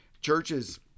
Churches